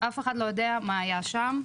אף אחד לא יודע מה היה שם.